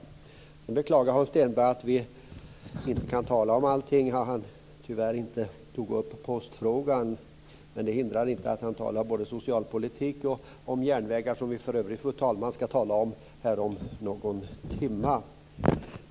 Hans Stenberg klagar på att vi inte kan tala om allting när han tyvärr inte tog upp postfrågan. Det hindrar inte att han talar om både socialpolitik och järnvägar, som vi för övrigt ska tala om här om någon timma.